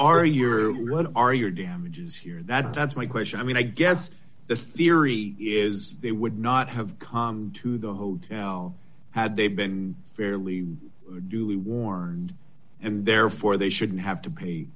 are your are your damages here that's my question i mean i guess the theory is they would not have come to the hotel had they been fairly do war and therefore they shouldn't have to pay